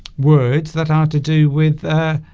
words that are to do with